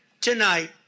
tonight